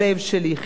נחמן שי,